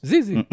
Zizi